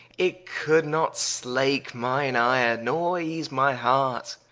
it could not slake mine ire, nor ease my heart.